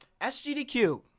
SGDQ